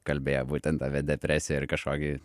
kalbėjo būtent apie depresiją ir kažkokį